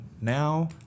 now